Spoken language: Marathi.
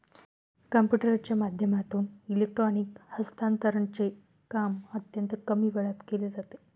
कम्प्युटरच्या माध्यमातून इलेक्ट्रॉनिक हस्तांतरणचे काम अत्यंत कमी वेळात केले जाते